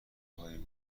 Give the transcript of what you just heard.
های